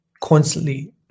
constantly